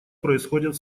происходят